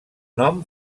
nom